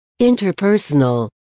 interpersonal